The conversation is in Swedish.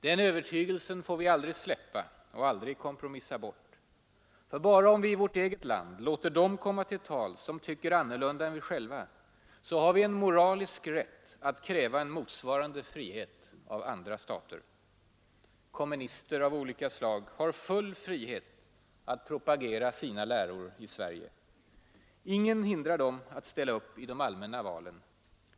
Den övertygelsen får vi aldrig släppa och aldrig kompromissa bort. För bara orn vi i vårt eget land låter dem komma till tals som tycker annorlunda än vi själva har vi moralisk rätt att kräva en motsvarande frihet av andra stater. Kommunister av olika slag har full frihet att propagera sina läror i Sverige. Ingen hindrar dem att ställa upp i de allmänna valen.